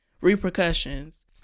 repercussions